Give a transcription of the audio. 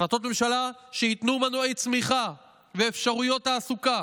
החלטות ממשלה שייתנו מנועי צמיחה ואפשרויות תעסוקה